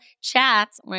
chats